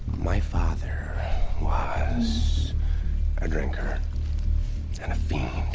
my father was a drinker and athenian